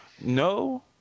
No